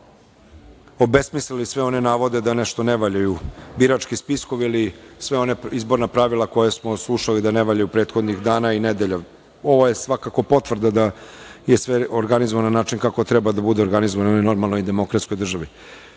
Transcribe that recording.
obesmislili sve one navode da nešto ne valjaju birački spiskovi ili sva ona izborna pravila koja smo slušali da ne valjaju prethodnih dana i nedelja. Ovo je svakako potvrda da je sve organizovano na način kako treba da bude organizovao u jednoj normalnoj demokratskoj državi. Nije